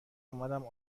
اومدم